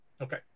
Okay